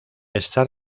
está